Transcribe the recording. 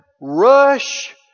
rush